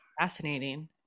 fascinating